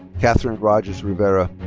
catherine rodgers rivera.